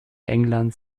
englands